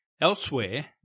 Elsewhere